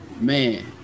Man